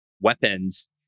weapons